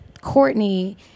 Courtney